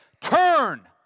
turn